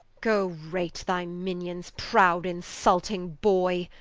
go rate thy minions, proud insulting boy,